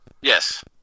Yes